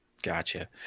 Gotcha